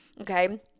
okay